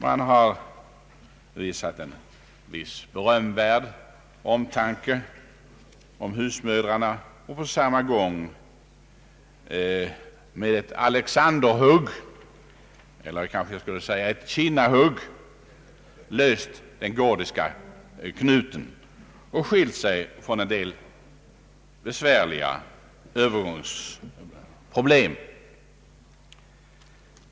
Man har visat en berömvärd omtanke om husmödrarna och på samma gång med ett Alexanderhugg — eller kanske ett Kinnahugg — löst den gordiska knuten och skilt sig från en del besvärliga övergångsproblem.